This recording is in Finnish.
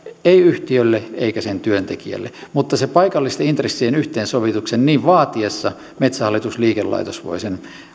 emme yhtiölle emmekä sen työntekijälle mutta sen paikallisten intressien yhteensovituksen niin vaatiessa metsähallitus liikelaitos voi sen